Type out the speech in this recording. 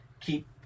keep